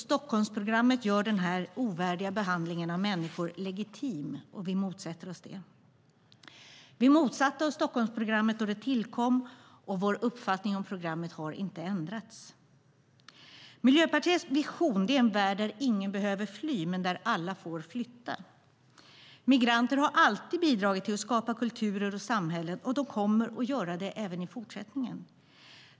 Stockholmsprogrammet gör denna ovärdiga behandling av människor legitim, och det motsätter vi oss. Vi motsatte oss Stockholmsprogrammet då det tillkom, och vår uppfattning om programmet har inte ändrats. Miljöpartiets vision är en värld där ingen behöver fly men där alla får flytta. Migranter har alltid bidragit till att skapa kulturer och samhällen, och de kommer att göra det även i fortsättningen.